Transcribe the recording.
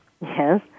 Yes